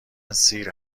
سیر